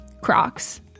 Crocs